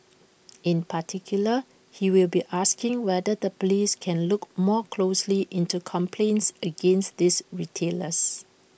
in particular he will be asking whether the Police can look more closely into complaints against these retailers